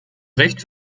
recht